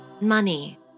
money